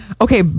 Okay